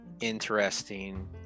interesting